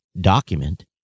document